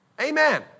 Amen